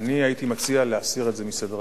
אני הייתי מציע להסיר את זה מסדר-היום.